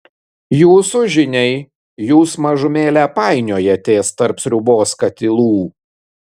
jūsų žiniai jūs mažumėlę painiojatės tarp sriubos katilų